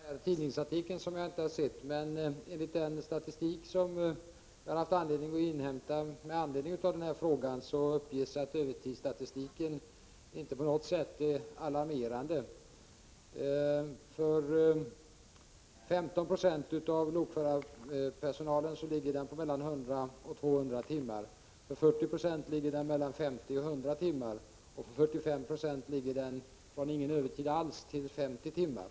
Herr talman! Jag kan naturligtvis inte kommentera en tidningsartikel som jaginte har läst, men enligt de uppgifter som jag haft anledning inhämta med anledning av Börje Stenssons fråga är övertidsstatistiken inte på något sätt alarmerande. För 15 26 av lokförarpersonalen ligger övertidsuttaget på mellan 100 och 200 timmar, för 40 20 på 50-100 timmar och för 45 90 ingen övertid alls till 50 timmar.